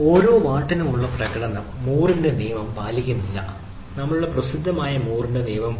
ഓരോ വാട്ടിനുമുള്ള പ്രകടനം മൂറിന്റെ നിയമം പാലിക്കുന്നില്ല നമ്മളുടെ പ്രസിദ്ധമായ മൂറിന്റെ നിയമം പോലെ